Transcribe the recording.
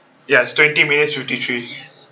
yes twenty minutes fifty three